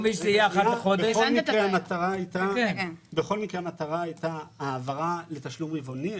בכל מקרה, המטרה הייתה העברה לתשלום רבעוני.